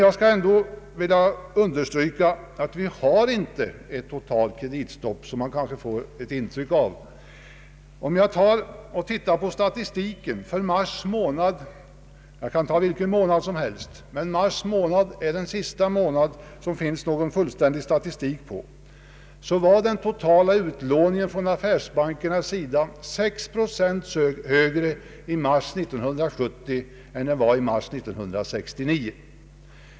Jag vill dock slå fast att vi inte har ett totalt kreditstopp, även om man kanske har ett intryck av det. Statistiken för mars månad — jag kan ta statistiken för vilken månad som helst, men mars månad är den sista månaden för vilken det finns fullgod statistik — utvisar att den totala utlåningen från affärsbankernas sida var 6 procent högre i mars 1970 än mars 1969.